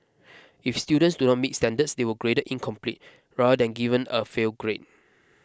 if students do not meet standards they were graded incomplete rather than given a fail grade